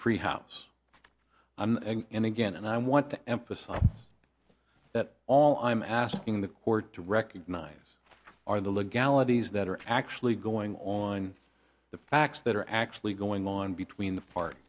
free house and again and i want to emphasize that all i'm asking the court to recognize are the legalities that are actually going on the facts that are actually going on between the part